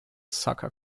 soccer